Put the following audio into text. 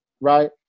right